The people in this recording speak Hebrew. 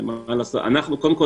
קודם כול,